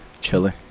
Chilling